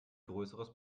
größeres